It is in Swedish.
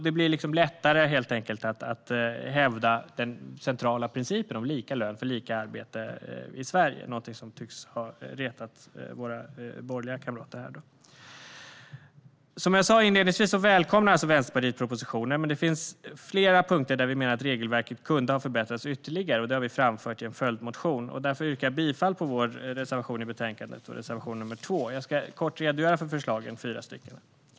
Det blir helt enkelt lättare att hävda den centrala principen om lika lön för lika arbete i Sverige, något som tycks ha retat våra borgerliga kamrater här. Som jag sa inledningsvis välkomnar Vänsterpartiet alltså propositionen, men det finns flera punkter där vi menar att regelverket kunde ha förbättrats ytterligare. Det har vi framfört i en följdmotion, och därför yrkar jag också bifall till vår reservation, reservation 2. Jag ska kort redogöra för våra fyra förslag.